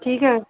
ठीक है